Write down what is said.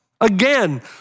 Again